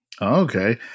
Okay